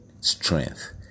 Strength